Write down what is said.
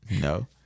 no